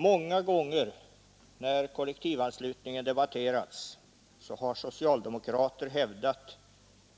Många gånger när kollektivanslutningen debatterats har socialdemokrater hävdat